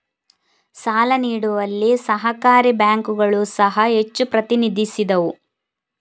ಸಾಲ ನೀಡುವಲ್ಲಿ ಸಹಕಾರಿ ಬ್ಯಾಂಕುಗಳು ಸಹ ಹೆಚ್ಚು ಪ್ರತಿನಿಧಿಸಿದವು